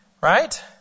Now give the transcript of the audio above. Right